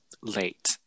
Late